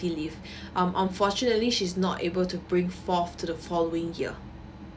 leave um unfortunately she's not able to bring forth to the following year